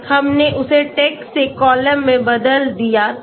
बस हमने उसे टेक्स्ट से कॉलम में बदल दिया